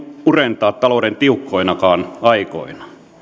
murentaa talouden tiukkoinakaan aikoina